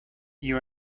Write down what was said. you